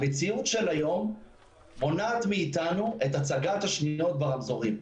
המציאות של היום מונעת מאתנו את הצגת השניות ברמזורים.